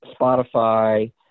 Spotify